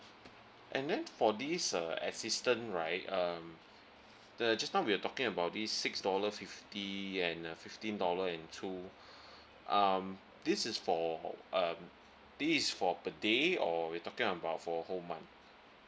and then for this uh assistance right um the just now we are talking about this six dollar fifty and a fifteen dollar and two um this is for uh this is for per day or we talking about for whole month